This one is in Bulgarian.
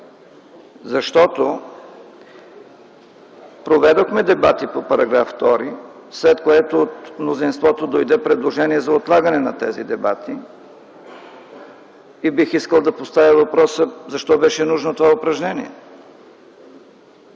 Проведохме дебати по § 2, след което от мнозинството дойде предложение за отлагане на тези дебати. Бих искал да поставя въпроса: защо беше нужно това упражнение?!